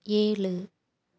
ஏழு